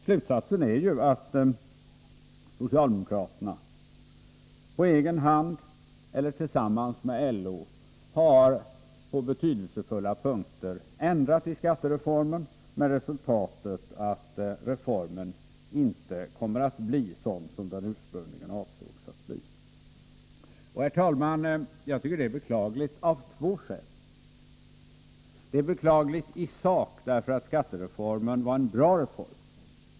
Slutsatsen är att socialdemokraterna på egen hand, eller tillsammans med LO, på betydelsefulla punkter har ändrat i skattereformen med resultatet att reformen inte kommer att bli sådan som den ursprungligen avsågs att bli. Herr talman! Jag tycker att detta är beklagligt av två skäl. Det är beklagligt isak därför att skattereformen var en bra reform.